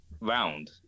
round